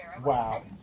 Wow